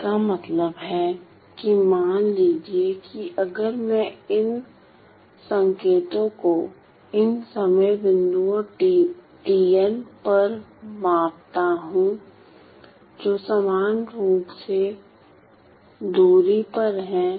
इसका मतलब है कि मान लीजिए कि अगर मैं इन संकेतों को इन समय बिंदुओं tn पर मापता हूं जो समान रूप से दूरी पर हैं